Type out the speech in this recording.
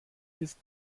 ist